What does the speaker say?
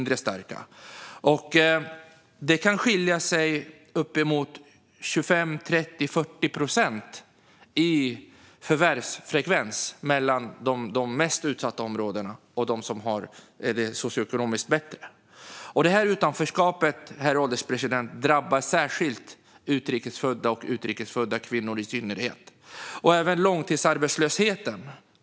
Det kan skilja uppemot 25, 30 eller 40 procent i förvärvsfrekvens mellan de mest utsatta områdena och de som har det bättre socioekonomiskt sett. Detta utanförskap, herr ålderspresident, drabbar särskilt utrikes födda och i synnerhet utrikes födda kvinnor. Det gäller även långtidsarbetslösheten.